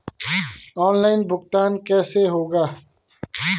Online भुगतान कैसे होगा?